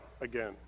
again